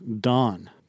dawn